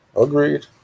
Agreed